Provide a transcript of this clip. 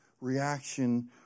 reaction